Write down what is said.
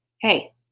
hey